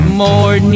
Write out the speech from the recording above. more